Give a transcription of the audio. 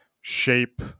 shape